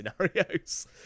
scenarios